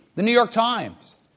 the new york times,